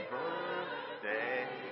birthday